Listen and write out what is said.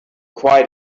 quite